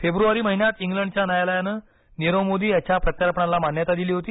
February महिन्यात इंग्लंडच्या न्यायालयानं नीरव मोदी यांच्या प्रत्यार्पणाला मान्यता दिली होती